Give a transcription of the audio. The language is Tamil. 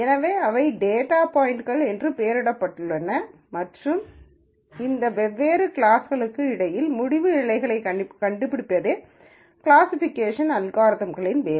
எனவே இவை டேட்டா பாய்ன்ட்கள் என்று பெயரிடப்பட்டுள்ளன மற்றும் இந்த வெவ்வேறு கிளாஸ்களுக்கு இடையில் முடிவு எல்லைகளைக் கண்டுபிடிப்பதே கிளாசிஃபிகேஷன் அல்காரிதம்களின் வேலை